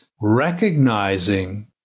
recognizing